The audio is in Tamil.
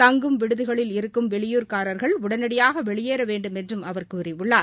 தங்கும் விடுதிகளில் இருக்கும் வெளியூர்காரர்கள் உடனடியாக வெளியேற வேண்டுமென்றும் அவர் கூறியுள்ளார்